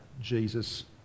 Jesus